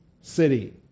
city